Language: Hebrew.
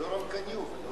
יורם קניוק.